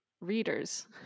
readers